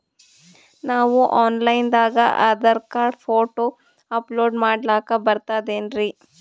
ನಾವು online ದಾಗ Aadhaar card, photo upload ಮಾಡ್ಲಕ ಬರ್ತದೇನ್ರಿ?